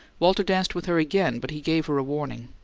walter danced with her again, but he gave her a warning.